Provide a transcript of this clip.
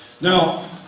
Now